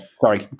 sorry